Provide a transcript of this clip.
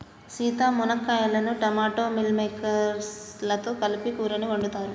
సీత మునక్కాయలను టమోటా మిల్ మిల్లిమేకేర్స్ లతో కలిపి కూరని వండుతారు